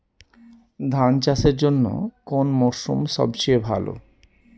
ধান চাষের জন্যে কোন মরশুম সবচেয়ে ভালো?